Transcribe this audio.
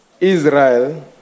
Israel